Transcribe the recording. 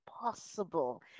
possible